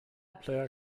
player